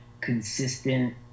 consistent